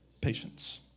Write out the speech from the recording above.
patience